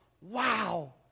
...wow